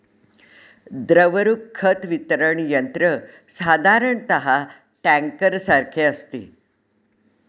द्रवरूप खत वितरण यंत्र साधारणतः टँकरसारखे असते